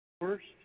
First